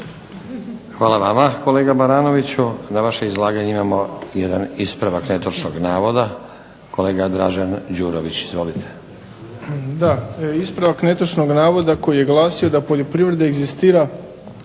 Hvala vama kolega Baranoviću. Na vaše izlaganje imamo jedan ispravak netočnog navoda. Kolega Dražen Đurović, izvolite. **Đurović, Dražen (HDSSB)** Ispravak netočnog navoda koji je glasio da poljoprivreda egzistira